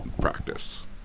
practice